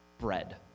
Bread